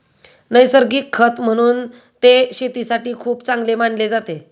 नैसर्गिक खत म्हणून ते शेतीसाठी खूप चांगले मानले जाते